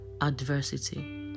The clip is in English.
adversity